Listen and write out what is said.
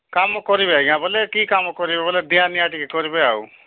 କାମ କରିବେ ଆଜ୍ଞା ବୋଏଲେ କି କାମ କରିବେ ବୋଏଲେ ଦିଆ ନିଆ ଟିକେ କରିବେ ଆଉ